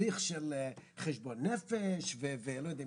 תהליך של חשבון נפש ולא יודע,